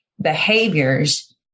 behaviors